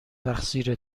تقصیر